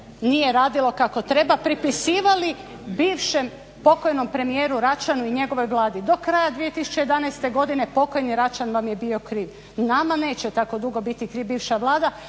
nije radilo kako treba pripisivali bivšem pokojnom premijeru Račanu i njegovoj Vladi, do kraja 2011. godine pokojni Račan vam je bio kriv. Nama neće tako dugo biti kriva bivša Vlada,